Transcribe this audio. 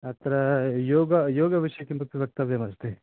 अत्र योगविषये किमपि वक्तव्यमस्ति